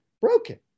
broken